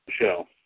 Michelle